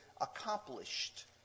accomplished